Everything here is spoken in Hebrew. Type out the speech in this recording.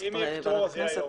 אם יהיה פטור זה יהיה היום,